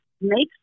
make